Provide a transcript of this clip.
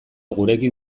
gurekin